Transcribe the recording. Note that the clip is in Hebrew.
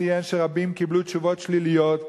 ציין שרבים קיבלו תשובות שליליות,